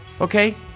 Okay